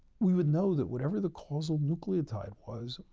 we would know that whatever the causal nucleotide was,